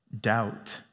doubt